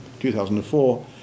2004